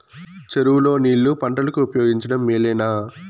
చెరువు లో నీళ్లు పంటలకు ఉపయోగించడం మేలేనా?